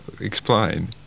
explain